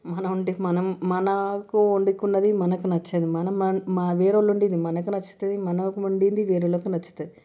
మన వంటకి మనం మనకు వండుకున్నది మనకు నచ్చదు మన వేరే వాళ్ళు వండింది మనకు నచ్చుతుంది మనకు వండింది వేరే వాళ్లకి నచ్చుతుంది